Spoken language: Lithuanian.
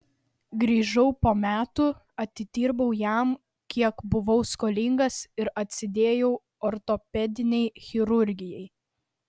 grįžau po metų atidirbau jam kiek buvau skolingas ir atsidėjau ortopedinei chirurgijai